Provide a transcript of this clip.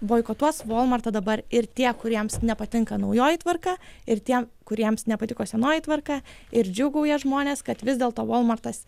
boikotuos volmartą dabar ir tie kuriems nepatinka naujoji tvarka ir tie kuriems nepatiko senoji tvarka ir džiūgauja žmonės kad vis dėlto volmartas